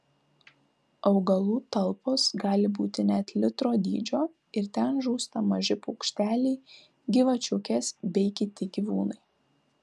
augalų talpos gali būti net litro dydžio ir ten žūsta maži paukšteliai gyvačiukės bei kiti gyvūnai